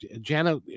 Jana